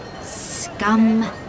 Scum